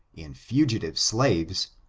in fugitive slaves,